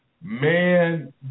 man